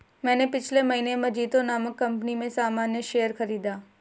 मैंने पिछले महीने मजीतो नामक कंपनी में सामान्य शेयर खरीदा